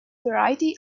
variety